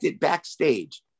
backstage